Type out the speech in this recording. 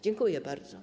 Dziękuję bardzo.